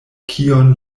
kion